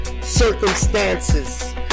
Circumstances